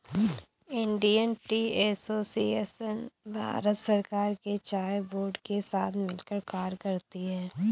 Indian tea association Bharat सरकार के चाय बोर्ड के साथ मिलकर कार्य करती है